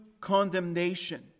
condemnation